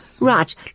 Right